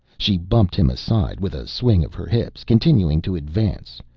she bumped him aside with a swing of her hips, continuing to advance.